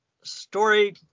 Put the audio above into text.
Story